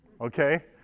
okay